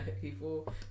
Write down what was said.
people